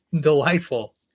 delightful